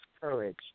courage